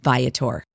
Viator